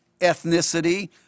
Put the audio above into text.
ethnicity